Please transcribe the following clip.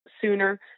sooner